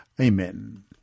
Amen